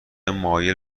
مایل